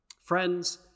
Friends